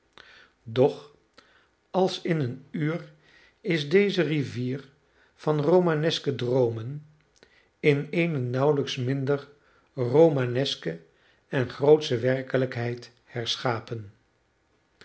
doch als in een uur is deze rivier van romaneske droomen in eene nauwelijks minder romaneske en grootsche werkelijkheid herschapen